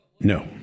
No